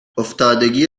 افتادگی